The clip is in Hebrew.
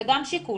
זה גם שיקול,